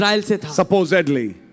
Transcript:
Supposedly